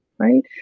Right